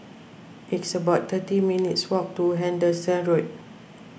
it's about thirty minutes' walk to Henderson Road